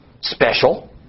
special